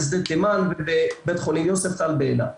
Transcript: בשדה תימן ובבית חולים יוספטל באילת.